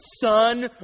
son